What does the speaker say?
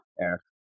Eric